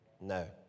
No